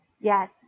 Yes